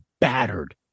battered